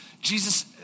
Jesus